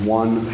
one